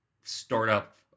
startup